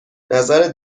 نظرت